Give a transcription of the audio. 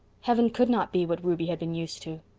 heaven could not be what ruby had been used to.